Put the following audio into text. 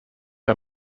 her